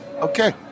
Okay